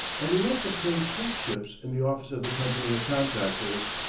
and the rest obtained clerkships in the office of the company of contractors.